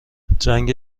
جنگ